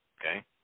okay